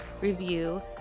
review